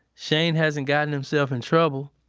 chayne hasn't gotten himself in trouble.